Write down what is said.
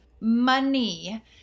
money